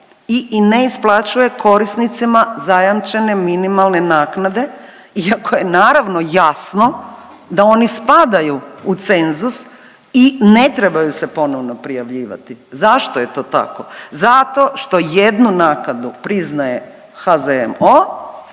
i ne isplaćuje korisnicima zajamčene minimalne naknade, iako je naravno jasno da oni spadaju u cenzus i ne trebaju se ponovno prijavljivati. Zašto je to tako? Zato što jednu naknadu priznaje HZMO,